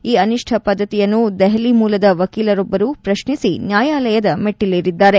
ಈ ಅನಿಷ್ಠ ಪದ್ದತಿಯನ್ನು ದೆಹಲಿ ಮೂಲದ ವಕೀಲರೊಬ್ಬರು ಪ್ರತ್ನಿಸಿ ನ್ಯಾಯಾಲಯದ ಮೆಟ್ಟಿಲೇರಿದ್ದಾರೆ